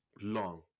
Long